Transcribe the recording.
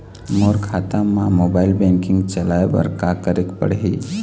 मोर खाता मा mobile banking चलाए बर का करेक पड़ही?